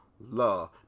love